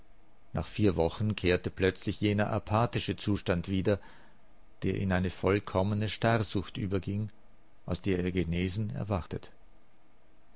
nach vier wochen kehrte plötzlich jener apathische zustand wieder der in eine vollkommene starrsucht überging aus der ihr genesen erwachtet